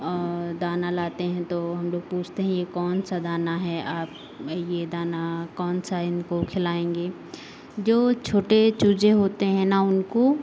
और दाना लाते हैं तो हम लोग पूछते हैं ये कौन सा दाना है आप ये दाना कौन सा इनको खिलाएँगे जो छोटे चूजे होते हैं ना उनको